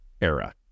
era